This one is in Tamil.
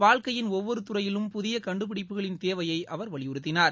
வாழ்க்கையின் ஒவ்வொரு துறையிலும் புதிய கண்டுபிடிப்புகளின் தேவையை அவர் வலியுறுத்தினார்